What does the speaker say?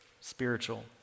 spiritual